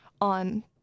on